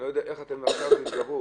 אני לא יודע איך עכשיו תתגברו.